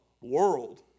world